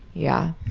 yeah.